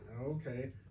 Okay